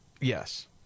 Yes